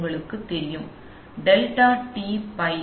உங்களுக்கு தெரியும் delta T by 4